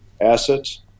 assets